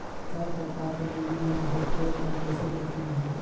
काय प्रकार कर बीमा मा होथे? ओला कइसे देखना है?